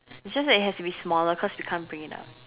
it's just that it has to be smaller cause you can't bring it out